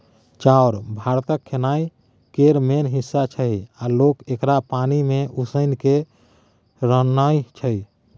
चाउर भारतक खेनाइ केर मेन हिस्सा छै आ लोक एकरा पानि मे उसनि केँ रान्हय छै